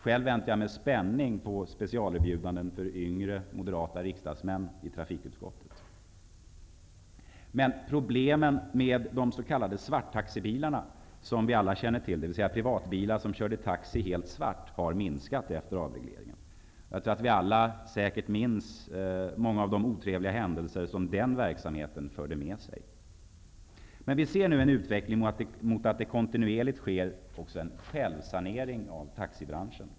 Själv väntar jag med spänning på specialerbjudanden för yngre moderata riksdagsmän i trafikutskottet. Problemen med de s.k. svarttaxibilarna -- vilka vi alla känner till -- dvs. privatbilar som körde taxi svart, har minskat efter avregleringen. Jag tror att vi alla säkert minns många av de otrevliga händelser som den verksamheten förde med sig. Vi ser nu en utveckling mot att det kontinuerligt sker en självsanering av taxibranschen.